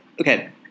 Okay